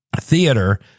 theater